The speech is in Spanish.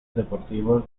deportivos